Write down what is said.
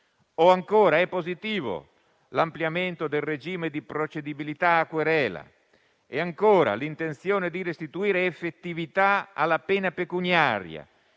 È inoltre positivo l'ampliamento del regime di procedibilità a querela e l'intenzione di restituire effettività alla pena pecuniaria,